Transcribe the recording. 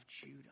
Judah